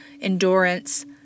endurance